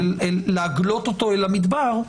שצריך להגלות אותו אל המדבר,